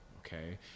Okay